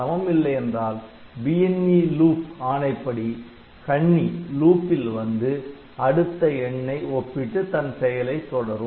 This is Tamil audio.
சமம் இல்லை என்றால் BNE Loop ஆணைப்படி கண்ணி யில் வந்து அடுத்த எண்ணை ஒப்பிட்டு தன் செயலை தொடரும்